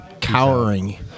cowering